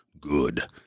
Good